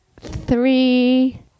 Three